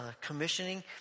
commissioning